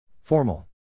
Formal